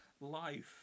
life